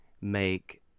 make